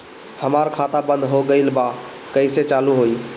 हमार खाता बंद हो गइल बा कइसे चालू होई?